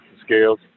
scales